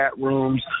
rooms